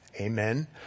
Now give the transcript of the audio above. Amen